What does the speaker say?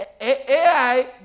Ai